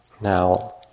Now